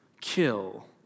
kill